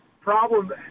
problem